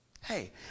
Hey